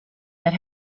that